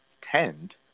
tend